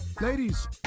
Ladies